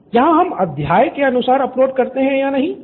student 5 यहां हम अध्याय के अनुसार अपलोड करते हैं या नहीं